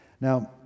Now